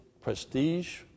prestige